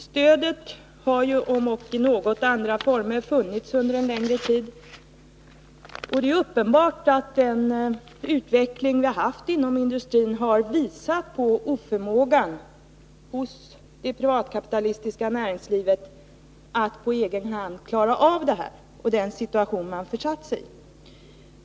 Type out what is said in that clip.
Herr talman! Det här stödet har, om ock i andra former, funnits under en längre tid. Den utveckling vi haft inom industrin visar på oförmågan hos det privatkapitalistiska näringslivet att på egen hand klara av den situation det försatt sig i.